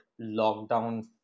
lockdown